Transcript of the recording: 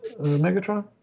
Megatron